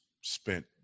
spent